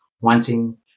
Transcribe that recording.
wanting